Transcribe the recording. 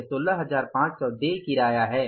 यह 16500 देय किराया है